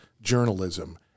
journalism